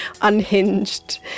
unhinged